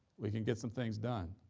we can get some things done,